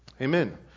Amen